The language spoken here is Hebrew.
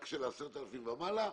רק באירועים של 10,000 איש ומעלה?